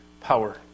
power